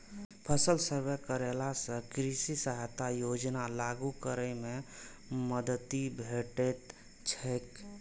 फसल सर्वे करेला सं कृषि सहायता योजना लागू करै मे मदति भेटैत छैक